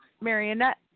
Marionette